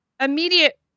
immediate